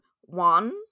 one